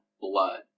blood